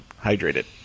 hydrated